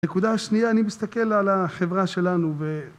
הנקודה שנייה, אני מסתכל על החברה שלנו ו...